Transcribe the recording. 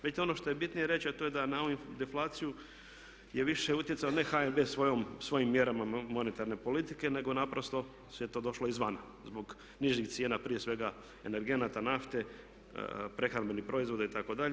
Vidite, ono što je bitnije reći a to je da na ovu deflaciju je više utjecao ne HNB svojim mjerama monetarne politike nego naprosto sve je to došlo izvana, zbog nižih cijena prije svega energenata nafte, prehrambenih proizvoda itd.